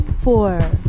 four